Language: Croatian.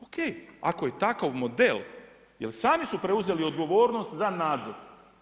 OK, ako je takav model, jer sami su preuzeli odgovornost, za nadzor.